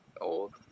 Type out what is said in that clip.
old